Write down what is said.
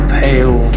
pale